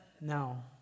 No